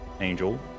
Angel